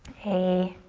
a